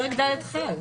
פרק ד' כן.